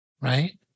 Right